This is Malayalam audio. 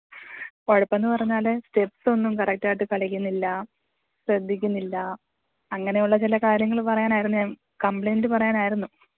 ഉഴപ്പെന്ന് പറഞ്ഞാല് സ്റ്റെപ്പ്സ് ഒന്നും കറക്റ്റായിട്ട് കളിക്കുന്നില്ല ശ്രദ്ധിക്കുന്നില്ല അങ്ങനെയുള്ള ചില കാര്യങ്ങള് പറയാനായിരുന്നു ഞാൻ കമ്പ്ലൈൻ്റ് പറയാനായിരുന്നു